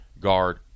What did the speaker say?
guard